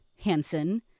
Hansen